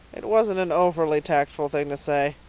it wasn't an overly tactful thing to say.